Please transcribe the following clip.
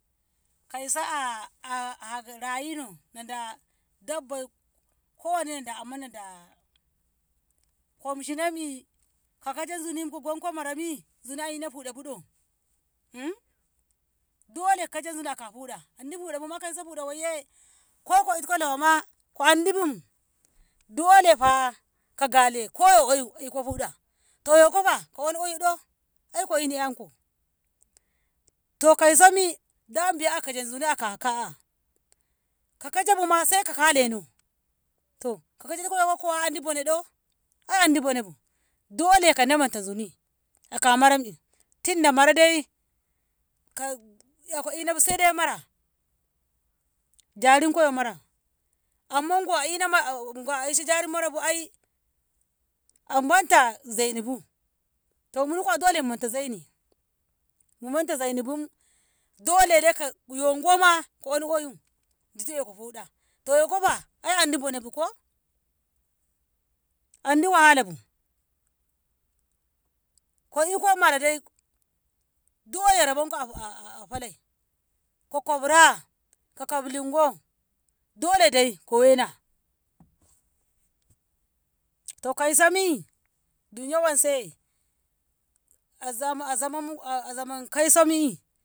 Kauso na ra'ayino nada dabba kowane nada amma nada komshine ko kaja zunimi, zuni a ina fuɗabu ɗdo? dole ko keja zuni aka huda andi fudabuma kauso fuda wayye ko ko itko nawama ko andibu dolefa ko gale ko yo oyu ko iko huda to yokofa ko ona oyudo? i ko ina tsanko to kauso mi dama biya akeje zuni aka ka'a ka kajabuma saiko kaleno to kokejeko yoka andi bone do? aiandi bone bu dole ko namanta zuni aka marammi tinda mara ka- ko inabu saidai mara darinko yo mara amma go a ina- ajari marabu ai a manta zaini bu munifa dole mu monta zaini mu monta zainibu dolene yo goma ditu iko fuɗa to yokofa ai andi bone buko? andi wahalabu ko iko maradai dole rabonko a falei ko kofra ka kaflingo dolene ko wena, to kausomi duniya wanse azaman kauso mi'i.